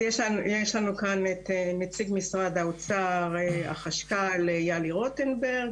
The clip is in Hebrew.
יש לנו כאן את נציג משרד האוצר החשכ"ל יהלי רוטנברג,